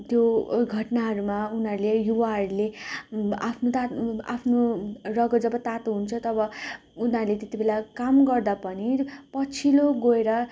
त्यो घटनाहरूमा उनीहरूले युवाहरूले आफ्नो तात्नु आफ्नो रगत जब तातो हुन्छ तब उनीहरूले त्यति बेला काम गर्दा पनि पछिल्लो गएर